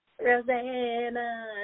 Rosanna